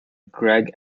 greg